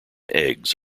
eggs